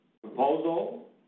proposal